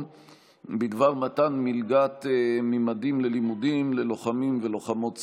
בדבר מתן מלגת ממדים ללימודים ללוחמי ולוחמות צה"ל,